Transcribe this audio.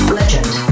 legend